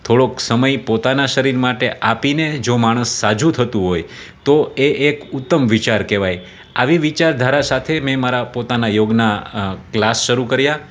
થોડોક સમય પોતાનાં શરીર માટે આપીને જો માણસ સાજું થતું હોય તો એ એક ઉત્તમ વિચાર કહેવાય આવી વિચારધારા સાથે મેં મારા પોતાનાં યોગનાં ક્લાસ શરૂ કર્યા